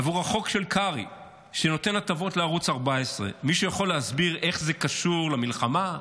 עבור החוק של קרעי שנותן הטבות לערוץ 14. מישהו יכול להסביר איך זה קשור למלחמה,